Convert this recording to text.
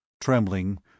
Trembling